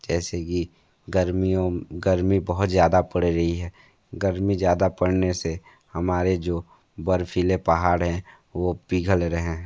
जैसे कि गर्मियों गर्मी बहुत ज़्यादा पड़ रही है गर्मी ज़्यादा पड़ने से हमारे जो बर्फीले पहाड़ हैं वह पिघल रहें हैं